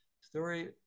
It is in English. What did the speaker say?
Story